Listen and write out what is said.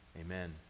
Amen